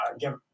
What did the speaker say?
give